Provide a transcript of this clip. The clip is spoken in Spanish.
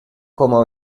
como